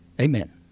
Amen